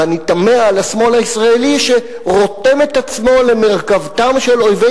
ואני תמה על השמאל הישראלי שרותם את עצמו למרכבתם של אויבי